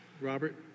Robert